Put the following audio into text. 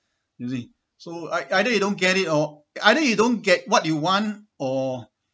you see so ei~ either you don't get it or either you don't get what you want or